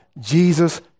Jesus